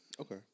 Okay